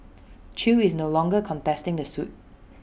chew is no longer contesting the suit